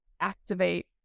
activate